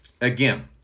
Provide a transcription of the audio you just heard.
Again